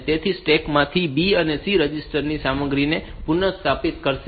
તેથી સ્ટેક માંથી તે B અને C રજિસ્ટર ની સામગ્રીને પુનઃસ્થાપિત કરશે